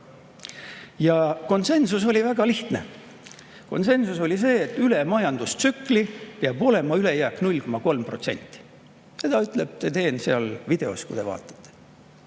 Konsensus oli väga lihtne. Konsensus oli see, et üle majandustsükli peab olema ülejääk 0,3% – seda ütleb Thedéen seal videos – ja avaliku